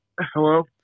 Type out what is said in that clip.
Hello